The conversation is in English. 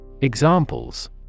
Examples